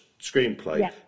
screenplay